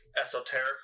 esoteric